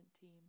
team